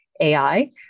AI